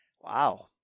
wow